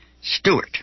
Stewart